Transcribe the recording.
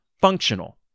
Functional